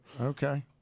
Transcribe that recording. Okay